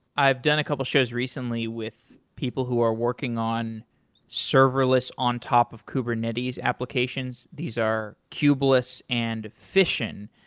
i've done a couple shows recently with people who are working on serverless on top of kubernetes applications. these are cubeless and fission.